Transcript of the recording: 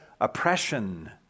oppression